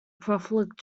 prolific